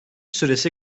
süresi